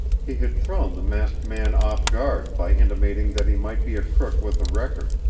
he had thrown the masked man off guard by intimating that he might be a crook with a record,